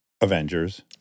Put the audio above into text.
Avengers